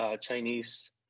Chinese